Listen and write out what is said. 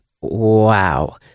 wow